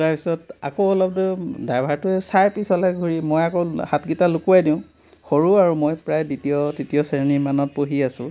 তাৰপিছত আকৌ অলপ দূৰ ড্ৰাইভাৰটোৱে চাই পিছলৈ ঘূৰি মই আকৌ হাতকেইটা লুকুৱাই দিও সৰু আৰু মই প্ৰায় দ্বিতীয় তৃতীয় শ্ৰেণীমানত পঢ়ি আছোঁ